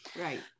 right